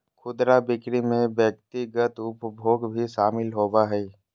खुदरा बिक्री में व्यक्तिगत उपभोग भी शामिल होबा हइ